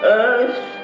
earth